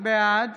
בעד